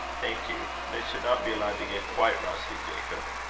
thank you. they should not be allowed to get quite rusty, jacob.